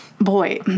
boy